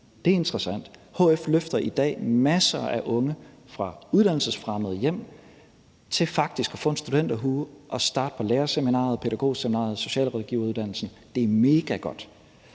Det er interessant. Hf løfter i dag masser af unge fra uddannelsesfremmede hjem til faktisk at få en studenterhue og starte på lærerseminariet, pædagogseminariet, socialrådgiveruddannelsen. Det er megagodt.